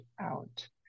out